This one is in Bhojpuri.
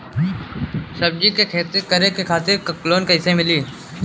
सब्जी के खेती करे खातिर लोन कइसे मिली?